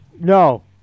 No